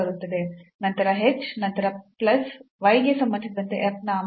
ನಂತರ h ನಂತರ plus y ಗೆ ಸಂಬಂಧಿಸಿದಂತೆ f ನ ಆಂಶಿಕ ನಿಷ್ಪನ್ನ